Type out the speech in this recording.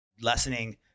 lessening